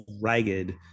ragged